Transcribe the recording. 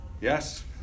Yes